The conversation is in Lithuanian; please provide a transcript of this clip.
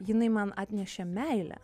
jinai man atnešė meilę